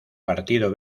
partido